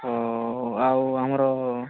ଆଉ ଆମର